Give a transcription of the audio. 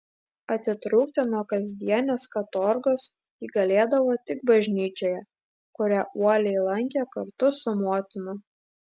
atitrūkti nuo kasdienės katorgos ji galėdavo tik bažnyčioje kurią uoliai lankė kartu su motina